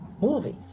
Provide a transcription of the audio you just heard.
movies